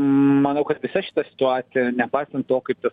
manau kad visa šita situacija nepaisant to kaip tas